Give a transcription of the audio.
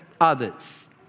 others